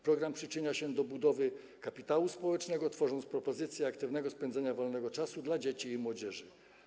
Program przyczynia się do budowy kapitału społecznego, tworząc propozycję aktywnego spędzenia wolnego czasu dla dzieci i młodzieży.